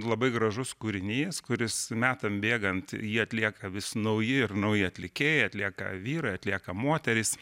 labai gražus kūrinys kuris metam bėgant jie atlieka vis nauji ir nauji atlikėjai atlieka vyrai atlieka moterys